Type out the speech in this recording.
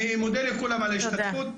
אני מודה לכולם על ההשתתפות.